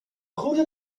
goede